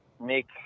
make